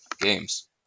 games